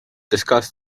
discuss